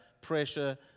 pressure